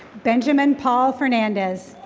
benjamin paul fernandez.